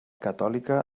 catòlica